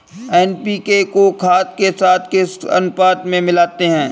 NPK को खाद के साथ किस अनुपात में मिलाते हैं?